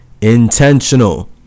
intentional